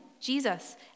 Jesus